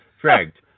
dragged